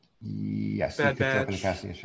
yes